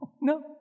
no